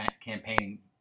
campaigning